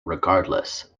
regardless